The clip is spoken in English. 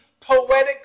poetic